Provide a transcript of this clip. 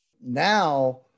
Now